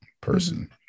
person